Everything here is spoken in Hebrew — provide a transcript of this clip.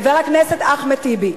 חבר הכנסת אחמד טיבי,